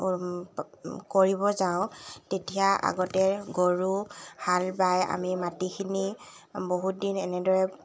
কৰিব যাওঁ তেতিয়া আগতে গৰু হাল বাই আমি মাটিখিনি বহুতদিন এনেদৰে